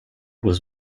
was